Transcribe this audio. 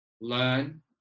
learn